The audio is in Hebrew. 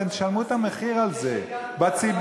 אתם תשלמו את המחיר על זה, בציבור.